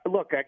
Look